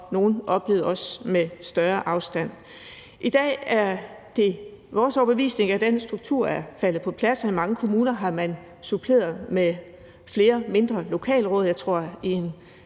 og nogle oplevede også med større afstand. I dag er det vores overbevisning, at landets struktur er faldet på plads. I mange kommuner har man suppleret med flere mindre lokalråd.